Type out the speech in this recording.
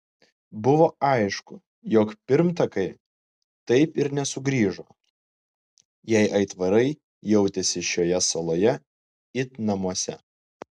buvo aišku jog pirmtakai taip ir nesugrįžo jei aitvarai jautėsi šioje saloje it namuose